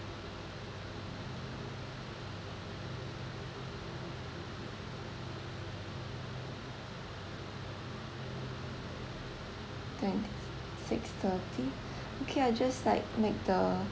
twenty six thirty okay I'll just like make the